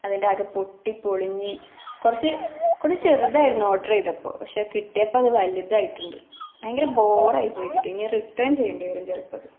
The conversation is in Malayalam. അതിൻ്റെ ആകെ പൊട്ടി പൊളിഞ്ഞ് കുറച്ചു കുറച്ചു ചെറുതായിരുന്നു ഓഡറർ ചെയ്തപ്പോൾ പക്ഷെ കിട്ടിയപ്പോൾ അതു വലുതായിട്ടുണ്ട് ഭയങ്കര ബോറായിപ്പോയി കിട്ടി ഇനിയത് റിട്ടേൺ ചെയ്യേണ്ടിവരും ചിലപ്പം അത്